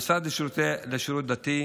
המשרד לשירותי דת,